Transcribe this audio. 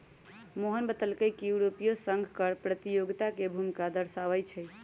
मोहन बतलकई कि यूरोपीय संघो कर प्रतियोगिता के भूमिका दर्शावाई छई